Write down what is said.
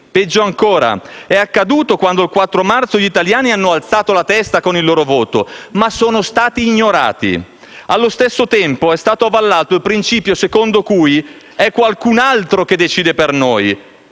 peggio ancora: è accaduto quando il 4 marzo gli italiani hanno alzato la testa con il loro voto, ma sono stati ignorati. Allo stesso tempo, è stato avallato il principio secondo cui è qualcun altro che decide per noi,